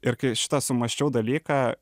ir kai šitą sumąsčiau dalyką